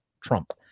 Trump